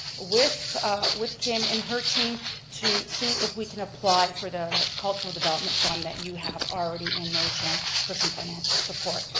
with with kim and her team to see if we can apply for the cultural development fund that you have already in motion for some financial support.